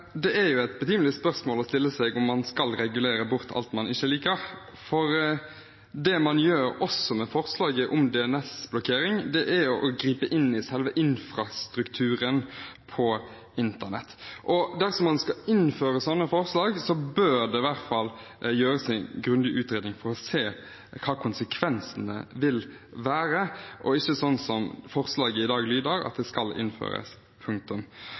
et betimelig spørsmål å stille seg om man skal regulere bort alt man ikke liker, for det man gjør med forslaget om DNS-blokkering, er å gripe inn i selve infrastrukturen på internett. Dersom man skal innføre slike tiltak, bør det i hvert fall gjøres en grundig utredning for å se hva konsekvensene vil være, og ikke sånn som forslaget i dag lyder, at det skal innføres